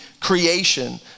creation